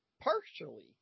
partially